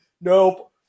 Nope